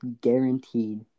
guaranteed